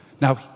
Now